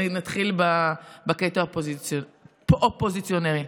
נתחיל בקטע האופוזיציונרי.